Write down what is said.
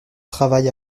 travail